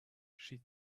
she